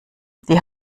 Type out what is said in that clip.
die